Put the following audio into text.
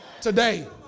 Today